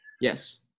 Yes